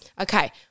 Okay